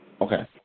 Okay